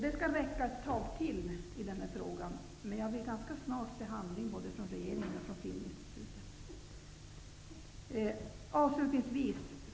Det skall räcka ett tag till i denna fråga, men jag vill ganska snart se handling både från regeringen och från Filminstitutet.